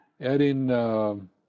adding